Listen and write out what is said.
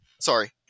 Sorry